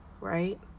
right